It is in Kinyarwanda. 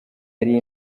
ari